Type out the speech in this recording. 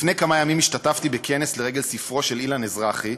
לפני כמה ימים השתתפתי בכנס לרגל ספרו של אילן אזרחי,